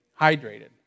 hydrated